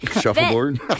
shuffleboard